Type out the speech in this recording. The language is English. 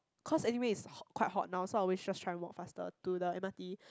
cause anyways it's ho~ quite hot now so I always just try to walk faster to the M_R_T